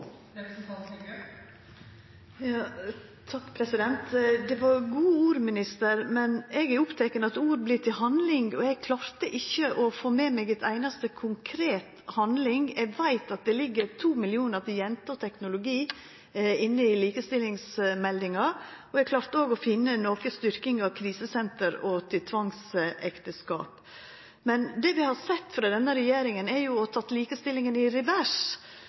Det var gode ord, minister, men eg er oppteken av at ord vert til handling, og eg klarte ikkje å få med meg ei einaste konkret handling. Eg veit at det ligg 2 mill. kr til jenter og teknologi i likestillingsmeldinga, og eg klarte òg å finna noko styrking av krisesenter og kamp mot tvangsekteskap, men det vi har sett frå denne regjeringa, er jo å setja likestillinga i revers.